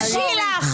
ההצעה שלו ושלי שונות.